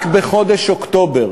רק בחודש אוקטובר